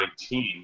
2019